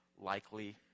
likely